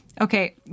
okay